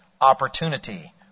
opportunity